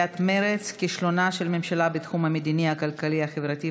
כשאני ראיתי את אחד מהעולים יורד מהמטוס,